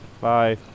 Bye